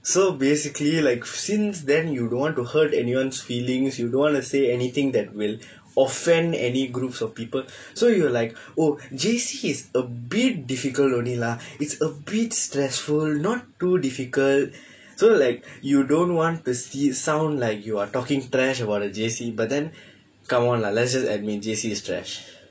so basically like since then you don't want to hurt anyone's feelings you don't want to say anything that will offend any groups of people so you're like oh J_C is a bit difficult only lah it's a bit stressful not too difficult so like you don't want to see sound like you are talking trash about a J_C but then come on lah let's just admit J_C is trash